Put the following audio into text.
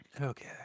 Okay